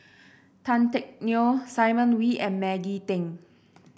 Tan Teck Neo Simon Wee and Maggie Teng